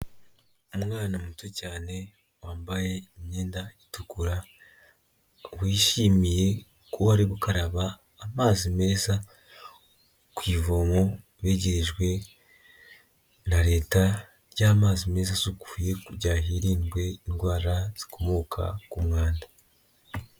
Umwana muto cyane wambaye imyenda itukura, wishimiye kuba ari gukaraba amazi meza ku ivomo wegerejwe na Leta ry'amazi meza asukuye kugira hirindwe indwara zikomoka ku mwanda.